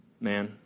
Man